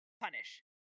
punish